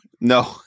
no